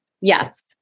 Yes